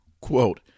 Quote